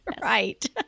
Right